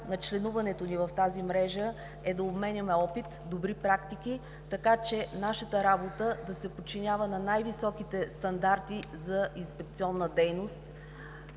на членуването ни в тази мрежа е да обменяме опит, добри практики, така че нашата работа да се подчинява на най-високите стандарти за инспекционна дейност,